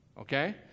Okay